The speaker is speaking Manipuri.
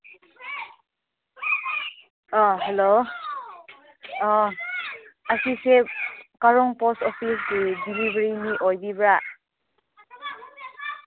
ꯑꯥ ꯍꯜꯂꯣ ꯑꯥ ꯑꯁꯤꯁꯦ ꯀꯥꯔꯣꯡ ꯄꯣꯁ ꯑꯣꯐꯤꯁꯀꯤ ꯗꯤꯂꯤꯚꯔꯤ ꯃꯤ ꯑꯣꯏꯕꯤꯕ꯭ꯔꯥ